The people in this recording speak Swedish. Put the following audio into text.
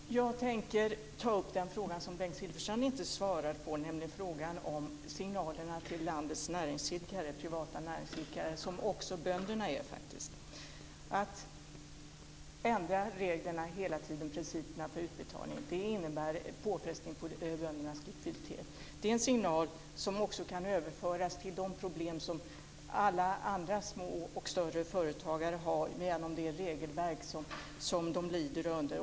Fru talman! Jag tänker ta upp den fråga som Bengt Silfverstrand inte svarade på, nämligen frågan om signalerna till landets privata näringsidkare, som faktiskt också bönderna är. Att hela tiden ändra reglerna, principerna för utbetalning, innebär en påfrestning på böndernas likviditet. Detta är en signal som också kan överföras till de problem som alla andra små och större företagare har genom det regelverk som de lyder under.